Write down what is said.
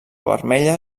vermella